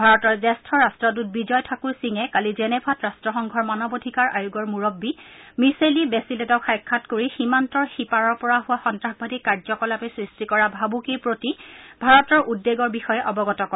ভাৰতৰ জ্যেষ্ঠ ৰাষ্ট্ৰদূত বিজয় ঠাকুৰ সিঙে কালি জেনেভাত ৰাষ্ট্ৰসংঘৰ মানৱ অধিকাৰ আয়োগৰ মূৰববী মিছেলী বেচিলেটক সাক্ষাৎ কৰি সীমান্তৰ সীপাৰৰ পৰা হোৱা সন্তাসবাদী কাৰ্যকলাপে সৃষ্টি কৰা ভাবুকিৰ প্ৰতি ভাৰতৰ উদ্বেগৰ বিষয়ে অৱগত কৰে